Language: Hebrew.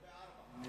או בארבע.